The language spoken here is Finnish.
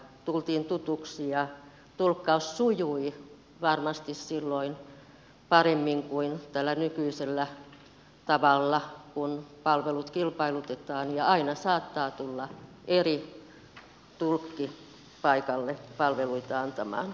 tultiin tutuiksi ja tulkkaus sujui varmasti silloin paremmin kuin tällä nykyisellä tavalla kun palvelut kilpailutetaan ja aina saattaa tulla eri tulkki paikalle palveluita antamaan